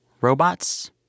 Robots